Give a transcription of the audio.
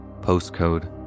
postcode